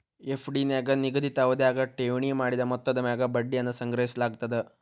FD ನ್ಯಾಗ ನಿಗದಿತ ಅವಧ್ಯಾಗ ಠೇವಣಿ ಮಾಡಿದ ಮೊತ್ತದ ಮ್ಯಾಗ ಬಡ್ಡಿಯನ್ನ ಸಂಗ್ರಹಿಸಲಾಗ್ತದ